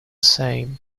same